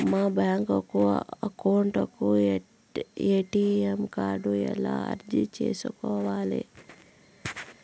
మా bank account కు ATM card ఎలా అర్జీ సేసుకోవాలి?